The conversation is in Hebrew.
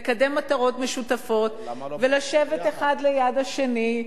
לקדם מטרות משותפות ולשבת האחד ליד השני,